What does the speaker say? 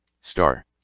star